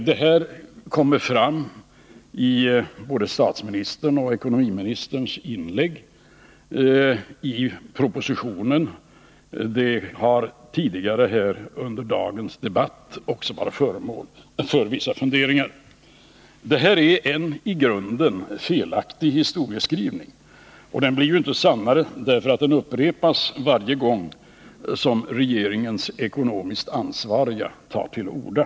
Detta kommer fram från både statsministerns och ekonomiministerns inlägg i propositionen, och det har tidigare under dagens debatt varit föremål för vissa funderingar. Detta är en i grunden felaktig historieskrivning, och den blir ju inte sannare för att den upprepas varje gång regeringens ekonomiskt ansvariga tar till orda.